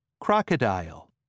Crocodile